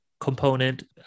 component